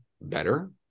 better